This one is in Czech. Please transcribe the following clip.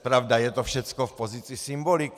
Pravda, je to všecko v pozici symboliky.